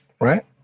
right